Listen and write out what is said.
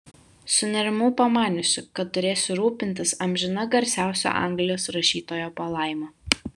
sunerimau pamaniusi kad turėsiu rūpintis amžina garsiausio anglijos rašytojo palaima